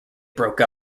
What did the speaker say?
broke